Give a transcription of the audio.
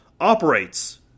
operates